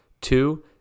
Two